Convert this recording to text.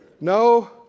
No